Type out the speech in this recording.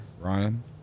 Ryan